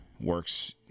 works